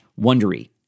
Wondery